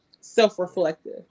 self-reflective